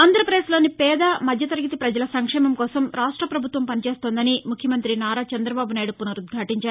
ఆంధ్రాపదేశ్ లోని పేద మధ్య తరగతి పజల సంక్షేమం కోసం రాష్ట పభుత్వం పనిచేస్తోందని ముఖ్యమంత్రి నారా చందబాబునాయుడు పునరుద్భాటించారు